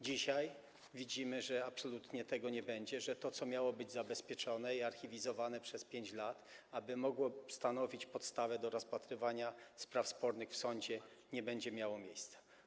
Dzisiaj widzimy, że absolutnie tego nie będzie, że to, co miało być zabezpieczone i archiwizowane przez 5 lat, aby mogło stanowić podstawę do rozpatrywania spraw spornych w sądzie, nie będzie miało miejsca.